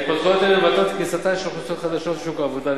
ההתפתחויות האלה מבטאות את כניסתן של אוכלוסיות חדשות לשוק העבודה.